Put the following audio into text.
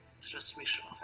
transmission